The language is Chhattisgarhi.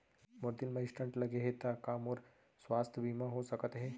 मोर दिल मा स्टन्ट लगे हे ता का मोर स्वास्थ बीमा हो सकत हे?